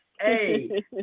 Hey